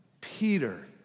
Peter